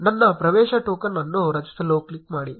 ನನ್ನ ಪ್ರವೇಶ ಟೋಕನ್ ಅನ್ನು ರಚಿಸಲು ಕ್ಲಿಕ್ ಮಾಡಿ